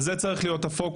על זה צריך להיות הפוקוס,